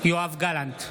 יואב גלנט,